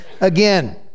again